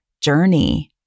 journey